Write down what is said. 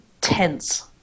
tense